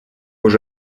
уже